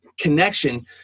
connection